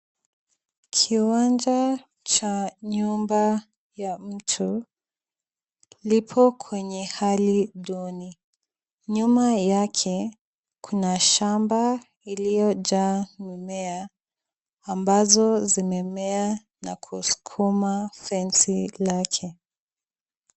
Kiwanja cha nyumba ya mtu lipo kwenye hali duni. Nyuma yake kuna shamba iliyojaa mimea ambazo zimemea na kuskuma fensi lake.